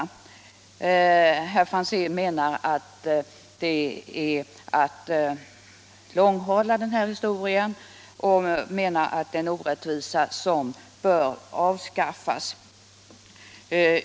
Herr Franzén menar att det är att långhala den här historien och säger att det är en orättvisa som bör avskaffas.